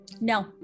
No